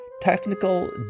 technical